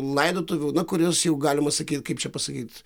laidotuvių na kur jos jau galima sakyt kaip čia pasakyt